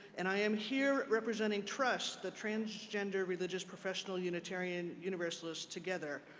and i am here representing trust, the transgender religious professional unitarian universalists together.